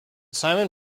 simon